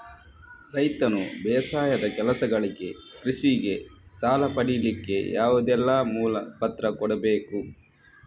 ರೈತನು ಬೇಸಾಯದ ಕೆಲಸಗಳಿಗೆ, ಕೃಷಿಗೆ ಸಾಲ ಪಡಿಲಿಕ್ಕೆ ಯಾವುದೆಲ್ಲ ಮೂಲ ಪತ್ರ ಕೊಡ್ಬೇಕು?